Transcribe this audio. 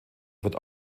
wird